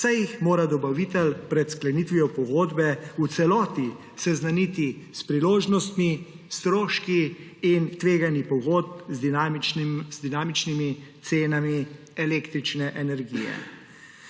saj jih mora dobavitelj pred sklenitvijo pogodbe v celoti seznaniti s priložnostmi, stroški in tveganji pogodb z dinamičnimi cenami električne energije.